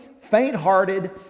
faint-hearted